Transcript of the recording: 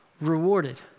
rewarded